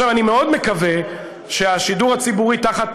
אני מאוד מקווה שהשידור הציבורי תחת